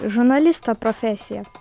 žurnalisto profesiją